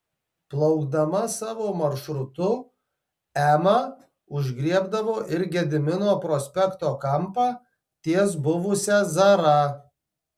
plaukdama savo maršrutu ema užgriebdavo ir gedimino prospekto kampą ties buvusia zara